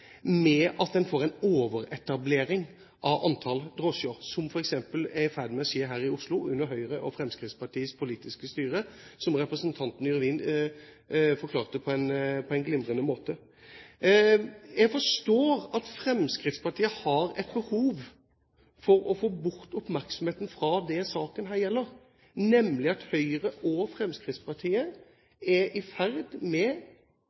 med å skje her i Oslo under Høyres og Fremskrittspartiets politiske styre, som representanten Yrvin forklarte på en glimrende måte. Jeg forstår at Fremskrittspartiet har et behov for å få bort oppmerksomheten fra det saken her gjelder, nemlig at Høyre og Fremskrittspartiet er i ferd med